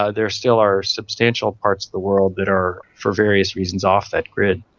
ah there still are substantial parts of the world that are, for various reasons, off that grid.